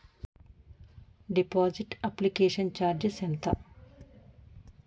Deposit application charges ఎంత?